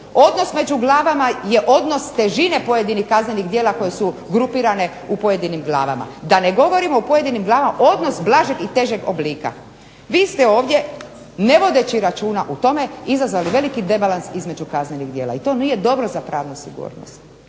Odnos među glavama je odnos težine pojedinih kaznenih djela koje su grupirane u pojedinim glavama, da ne govorim o pojedinim glavama odnos blažeg i težeg oblika. Vi ste ovdje ne vodeći računa u tome izazvali veliki debalans između kaznenih djela i to nije dobro za pravnu sigurnost.